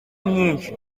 myinshi